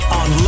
on